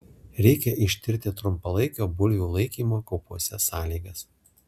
reikia ištirti trumpalaikio bulvių laikymo kaupuose sąlygas